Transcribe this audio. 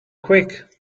quick